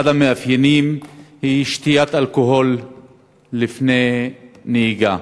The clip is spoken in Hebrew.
אחד המאפיינים הוא שתיית אלכוהול לפני הנהיגה.